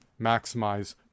maximize